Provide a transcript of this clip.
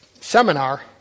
seminar